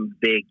big